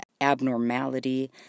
abnormality